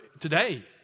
today